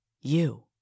You